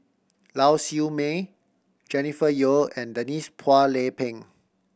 Lau Siew Mei Jennifer Yeo and Denise Phua Lay Peng